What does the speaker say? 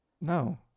No